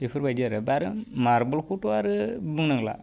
बेफोर बायदि आरो दा आरो मार्बलखौथ' आरो बुंनांला